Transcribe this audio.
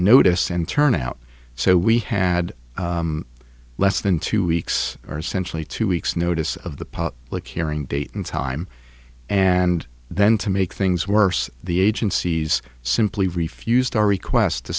notice and turn out so we had less than two weeks or centrally two weeks notice of the like hearing date and time and then to make things worse the agencies simply refused our request to